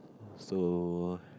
so